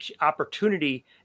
opportunity